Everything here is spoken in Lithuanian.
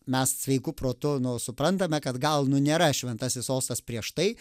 mes sveiku protu nu suprantame kad gal nu nėra šventasis sostas prieš tai